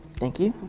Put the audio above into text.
thank you.